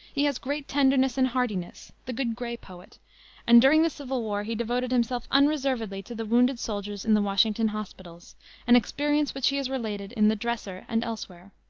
he has great tenderness and heartiness the good gray poet and during the civil war he devoted himself unreservedly to the wounded soldiers in the washington hospitals an experience which he has related in the dresser and elsewhere.